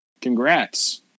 Congrats